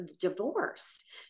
divorce